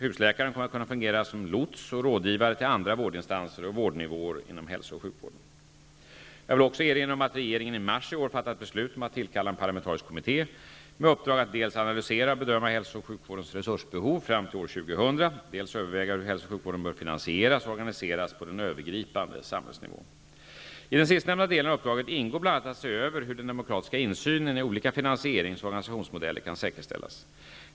Husläkaren kommer att kunna fungera som ''lots'' och rådgivare till andra vårdinstanser och vårdnivåer inom hälso och sjukvården. Jag vill också erinra om att regeringen i mars i år fattat beslut om att tillkalla en parlamentarisk kommitté med uppdrag att dels analysera och bedöma hälso och sjukvårdens resursbehov fram till år 2000, dels överväga hur hälso och sjukvården bör finansieras och organiseras på den övergripande samhällsnivån. I den sistnämnda delen av uppdraget ingår bl.a. att se över hur den demokratiska insynen i olika finansierings och organisationsmodeller kan säkerställas.